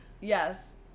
Yes